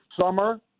summer